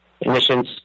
emissions